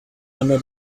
under